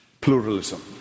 pluralism